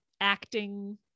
acting